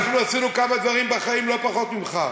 אנחנו עשינו כמה דברים בחיים לא פחות ממך.